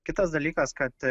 kitas dalykas kad